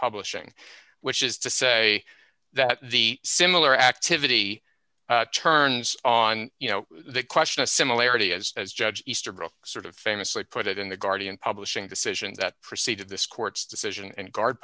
publishing which is to say that the similar activity turns on you know the question of similarity as as judge easterbrook sort of famously put it in the guardian publishing decisions that preceded this court's decision and guard